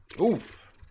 Oof